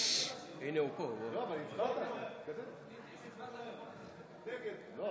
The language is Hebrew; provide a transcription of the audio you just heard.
פעם עשירית שאני